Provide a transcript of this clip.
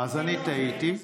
אז אני טעיתי.